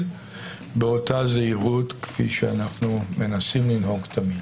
באותה זהירות כפי שאנו מנסים תמיד.